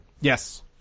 Yes